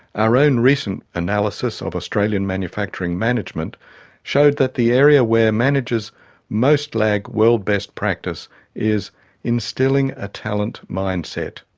our own recent analysis of australian manufacturing management showed that the area where managers most lag world best practice is instilling a talent mindset.